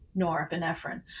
norepinephrine